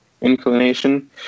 inclination